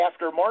aftermarket